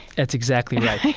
that's exactly right.